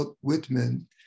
Whitman